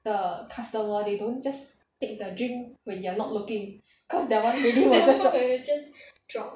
the customer they don't just take the drink when you're not looking cause that [one] really will just drop